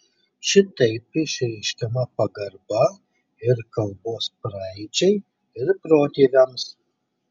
šitaip išreiškiama pagarba ir kalbos praeičiai ir protėviams